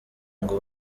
ngo